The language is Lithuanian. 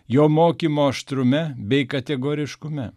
jo mokymo aštrume bei kategoriškume